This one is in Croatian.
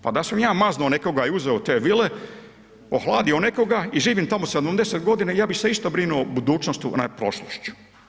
Pa da sam ja mazno nekoga i uzeo te vile, ohladio nekoga i živim tamo 70 godina i ja bih se isto brinuo o budućnošću ne prošlošću.